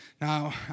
Now